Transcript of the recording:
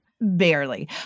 barely